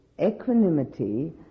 equanimity